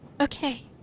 Okay